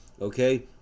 okay